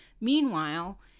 meanwhile